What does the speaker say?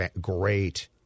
great